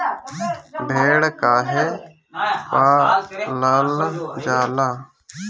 भेड़ काहे पालल जाला?